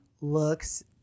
looks